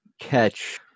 catch